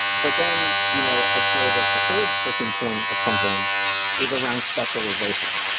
but then, you know i'd say that the third friction point that comes in is around specialization.